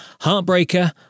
Heartbreaker